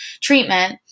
treatment